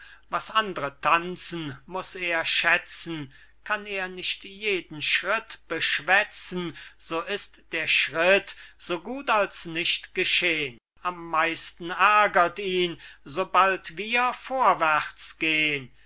was andre tanzen muß er schätzen kann er nicht jeden schritt beschwätzen so ist der schritt so gut als nicht geschehn am meisten ärgert ihn sobald wir vorwärts